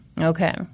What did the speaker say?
Okay